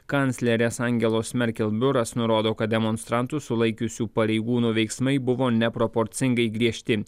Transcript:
kanclerės angelos merkel biuras nurodo kad demonstrantus sulaikiusių pareigūnų veiksmai buvo neproporcingai griežti